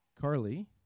Carly